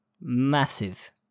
Massive